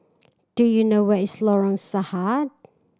do you know where is Lorong Sahad